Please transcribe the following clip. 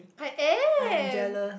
I am